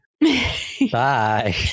bye